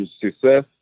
success